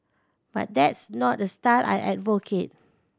but that's not a style I advocate